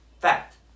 Fact